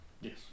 Yes